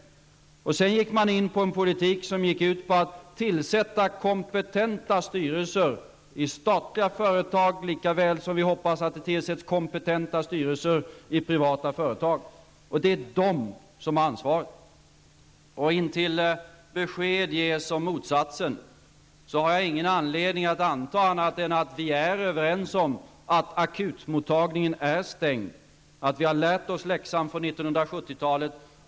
Man gick sedan in för en politik som gick ut på att tillsätta kompetenta styrelser i statliga företag på samma sätt som vi hoppas att det tillsätts kompetenta styrelser i privata företag. Det är dessa som har ansvaret. Till dess att besked ges om motsatsen har jag ingen anledning att anta annat än att vi är överens om att akutmottagningen är stängd, att vi har lärt oss läxan från 1970-talet.